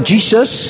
Jesus